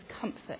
comfort